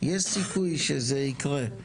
יש סיכוי שזה יקרה.